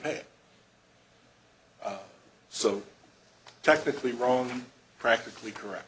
pay so technically wrong practically correct